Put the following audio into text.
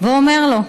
ואומר לו: